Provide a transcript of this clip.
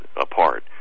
apart